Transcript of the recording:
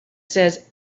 says